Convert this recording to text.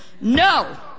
No